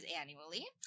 annually